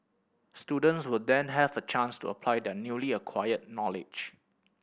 students will then have a chance to apply their newly acquired knowledge